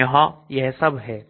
यहां यह सब है